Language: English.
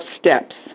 steps